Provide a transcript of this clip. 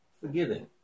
forgiving